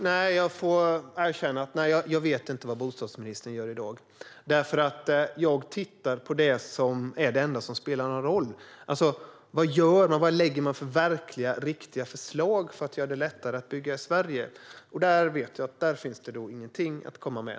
Herr talman! Jag får erkänna att jag inte vet vad bostadsministern gör i dag. Jag tittar nämligen bara på det enda som spelar någon roll, alltså vad han lägger fram för verkliga och riktiga förslag för att göra det lättare att bygga i Sverige, och här har han inget att komma med.